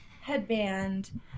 headband